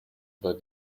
aber